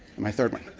my third one.